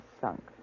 sunk